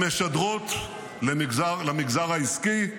-- שמשדרות למגזר העסקי,